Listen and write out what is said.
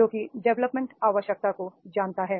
जो कि डेवलपमेंट आवश्यकता को जानता है